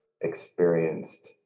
experienced